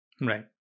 Right